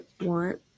want